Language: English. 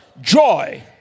joy